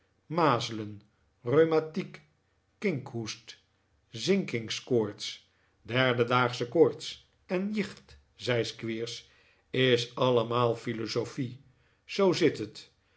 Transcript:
mazelen rheumatiek kinkhoest zinkingkoorts derdendaagsche koorts en jicht zei squeers is allemaal philosophic zoo zit het